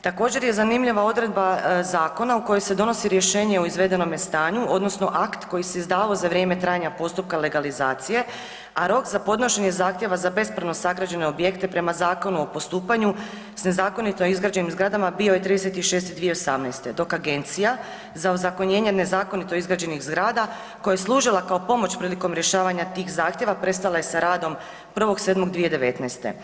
Također je zanimljiva odredba zakona u kojoj se donosi rješenje o izvedenome stanju odnosno akt koji se izdavao za vrijeme trajanja postupka legalizacije, a rok za podnošenje zahtjeva za bespravno sagrađene objekte prema Zakonu o postupanju s nezakonito izgrađenim zgradama bio je 30.6.2018., dok Agencija za ozakonjene nezakonito izgrađenih zgrada koja je služila kao pomoć prilikom rješavanja tih zahtjeva prestala je sa radom 1.7.2019.